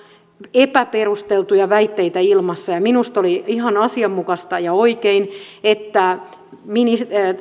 epäperusteltuja väitteitä ilmassa ja minusta oli ihan asianmukaista ja oikein että